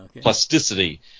Plasticity